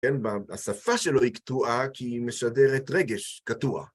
כן? השפה שלו היא קטועה כי היא משדרת רגש קטוע.